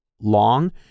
long